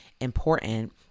important